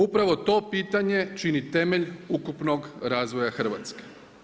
Upravo to pitanje čini temelj ukupnog razvoja Hrvatske.